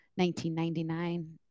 1999